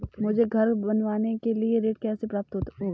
मुझे घर बनवाने के लिए ऋण कैसे प्राप्त होगा?